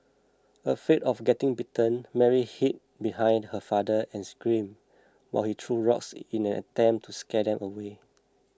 afraid of getting bitten Mary hid behind her father and screamed while he threw rocks in an attempt to scare them away